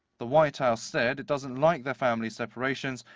the white house said it doesn't like the family separations,